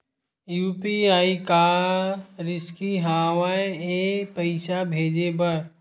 UPI का रिसकी हंव ए पईसा भेजे बर?